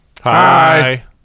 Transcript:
Hi